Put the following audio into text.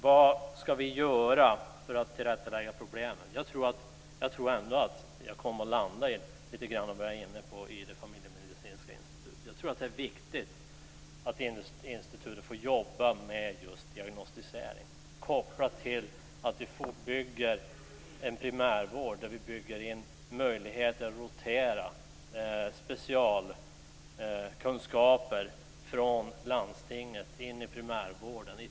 Vad ska vi göra för att komma till rätta med problemet? Jag tror att det är viktigt att inrätta ett familjepolitiskt institut och att det får jobba med just diagnostisering kopplat till en primärvård som har möjligheter att genom teamverksamheter rotera specialkunskaper från landstinget till primärvården.